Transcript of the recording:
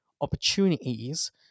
opportunities